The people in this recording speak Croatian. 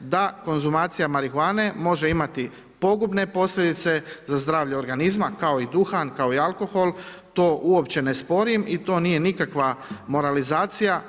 da konzumacija marihuane može imati pogubne posljedice za zdravlje organizma kao i duhan, kao i alkohol, to uopće ne sporim i to nije nikakva moralizacija.